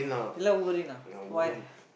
you like Wolverine ah why